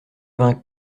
vingt